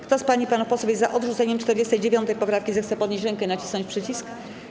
Kto z pań i panów posłów jest za odrzuceniem 49. poprawki, zechce podnieść rękę i nacisnąć przycisk.